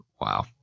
Wow